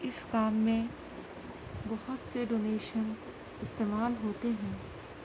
اس کام میں بہت سے ڈونیشن استعمال ہوتے ہیں